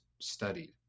studied